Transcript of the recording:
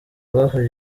rwafashe